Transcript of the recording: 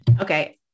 okay